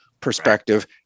perspective